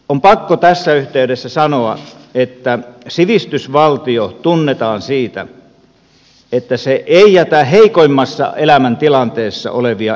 on pakko tässä yhteydessä sanoa että sivistysvaltio tunnetaan siitä että se ei jätä heikoimmassa elämäntilanteessa olevia ihmisiä heitteille